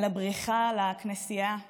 הבריחה לכנסייה להתחבא,